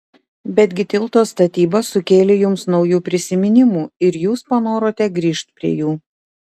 betgi tilto statyba sukėlė jums naujų prisiminimų ir jūs panorote grįžt prie jų